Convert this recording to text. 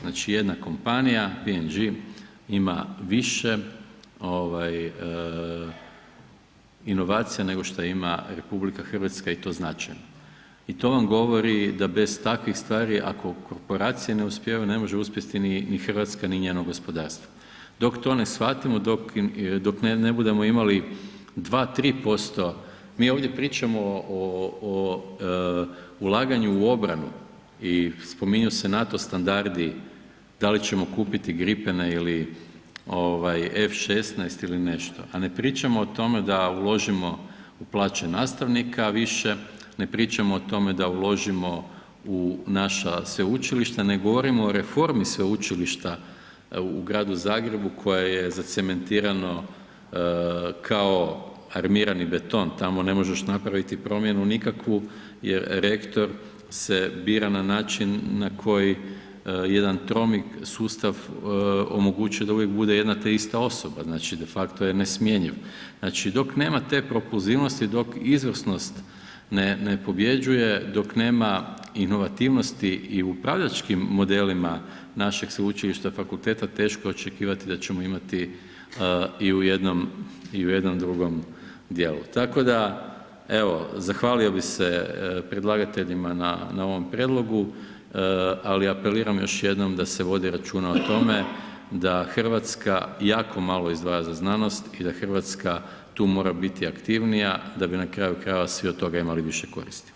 Znači, jedna kompanija … [[Govornik se ne razumije]] ima više inovacija nego što ima RH i to značajno i to vam govori da bez takvih stvari ako korporacije ne uspijevaju ne može uspjeti ni RH, ni njeno gospodarstvo, dok to ne shvatimo, dok ne budemo imali 2-3%, mi ovdje pričamo o ulaganju u obranu i spominju se NATO standardi, da li ćemo kupiti Gripene ili F-16 ili nešto, a ne pričamo o tome da uložimo u plaće nastavnika više, ne pričamo o tome da uložimo u naša sveučilišta, ne govorimo o reformi sveučilišta u Gradu Zagrebu koja je zacementirano kao armirani beton, tamo ne možeš napraviti promjenu nikakvu jer rektor se bira na način na koji jedan tromi sustav omogućuje da uvijek bude jedna te ista osoba, znači defakto je nesmjenjiv, znači dok nema te propuzivnosti, dok izvrsnost ne pobjeđuje, dok nema inovativnosti i u upravljačkim modelima naših sveučilišta, fakulteta, teško je očekivati da ćemo imati i u jednom, i u jednom drugom dijelu, tako da evo zahvalio bih se predlagateljima na ovom prijedlogu, ali apeliram još jednom da se vodi računa o tome da RH jako malo izdvaja za znanost i da RH tu mora biti aktivnija da bi na kraju krajeva svi od toga imali više koristi.